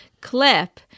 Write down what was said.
clip